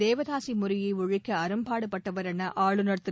தேவதாசி முறையை ஒழிக்க அரும்பாடுபட்டவர் என ஆளுநர் திரு